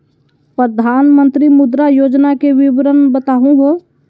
प्रधानमंत्री मुद्रा योजना के विवरण बताहु हो?